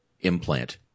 implant